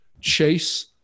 chase